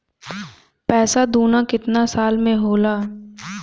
पैसा दूना कितना साल मे होला?